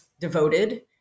devoted